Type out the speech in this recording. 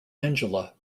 angela